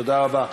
תודה רבה.